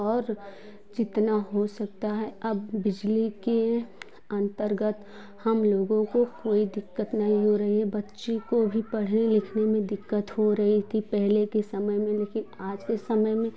और जितना हो सकता है अब बिजली के अंतर्गत हम लोगों को कोई दिक्कत नहीं हो रही है बच्चे को भी पढ़ने लिखने में दिक्कत हो रही थीं पहले के समय में लेकिन आज के समय में